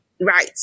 right